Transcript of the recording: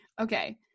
Okay